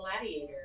gladiator